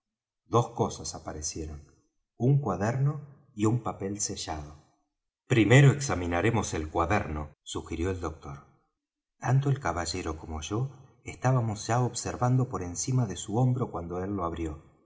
dos cosas aparecieron un cuaderno y un papel sellado primero examinaremos el cuaderno sugirió el doctor tanto el caballero como yo estábamos ya observando por encima de su hombro cuando él lo abrió